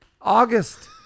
August